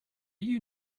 you